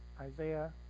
Isaiah